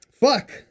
Fuck